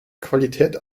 qualität